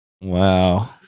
Wow